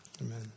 Amen